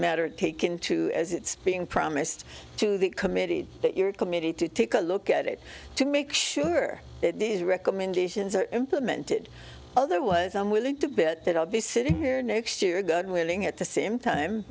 matter taken to as it's being promised to the committee that your committee to take a look at it to make sure that these recommendations are implemented otherwise i'm willing to bet that i'll be sitting here next year god willing at the same time